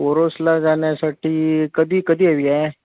ओरोसला जाण्यासाठी कधी कधी हवी आहे